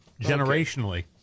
Generationally